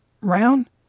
round